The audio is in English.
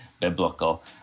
biblical